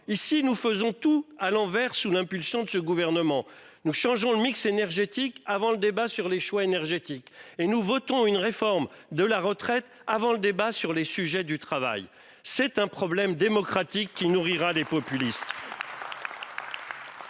Ici, nous faisons tout à l'envers. Sous l'impulsion de ce gouvernement nous changeons le mix énergétique avant le débat sur les choix énergétiques et nous votons une réforme de la retraite avant le débat sur les sujets du travail, c'est un problème démocratique qui nourrira des populistes.